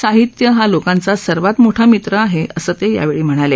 साहित्य हा लोकांचा सर्वात मोठा मित्र आहे असं ते यावेळी म्हणाले